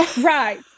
Right